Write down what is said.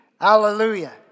Hallelujah